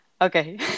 Okay